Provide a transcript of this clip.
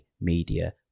media